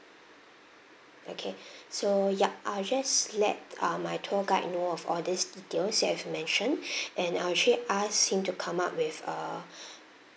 okay so yup I will just let uh my tour guide know of all these details you have mentioned and I will actually ask him to come up with a